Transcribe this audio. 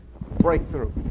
Breakthrough